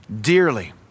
dearly